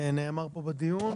שנאמר פה בדיון.